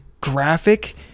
graphic